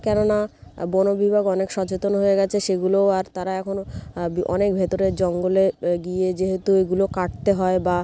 কেননা বনবিভাগ অনেক সচেতন হয়ে গিয়েছে সেগুলোও আর তারা এখনও অনেক ভেতরের জঙ্গলে গিয়ে যেহেতু এগুলো কাটতে হয় বা